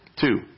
two